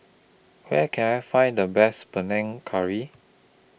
Where Can I Find The Best Panang Curry